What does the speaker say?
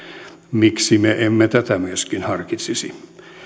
miksi me emme tätä myöskin harkitsisi